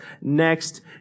next